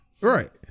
right